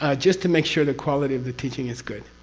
ah just to make sure the quality of the teaching is good.